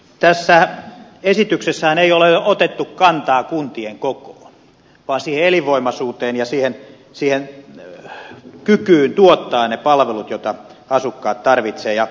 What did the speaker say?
tässä esityksessähän ei ole otettu kantaa kuntien kokoon vaan siihen elinvoimaisuuteen ja siihen kykyyn tuottaa ne palvelut joita asukkaat tarvitsevat